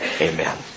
Amen